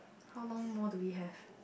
how long more do we have